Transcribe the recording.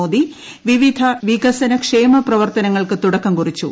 മോദി വിവിധ വികസനക്ഷേമ പ്രവർത്തനങ്ങൾക്ക് തുടക്കം കുറിച്ചു